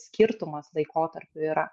skirtumas laikotarpių yra